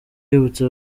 yibutsa